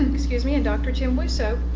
excuse me, and dr. jim wussow,